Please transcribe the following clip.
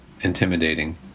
intimidating